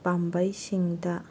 ꯄꯥꯝꯕꯩꯁꯤꯡꯗ